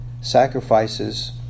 sacrifices